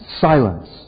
Silence